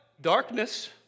Darkness